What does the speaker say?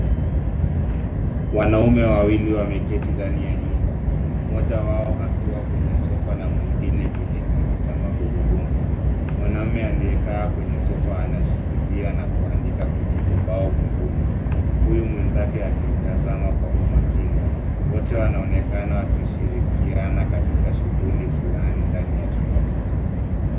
Wanaume wawili wameketi ndani ya nyumba mmoja wao akiwa kwenye sofa na mwingine kwenye kiti cha magurudumu. Mwanaume aliyekaa kwenye sofa anashikilia na kuandika kwenye ubao mweupe huyu mwenzake akimtazama kwa umakini. Wote wanaonekana wakishirikiana katika shughuli fulani ndani ya chumba hicho.